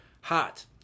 hot